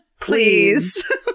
Please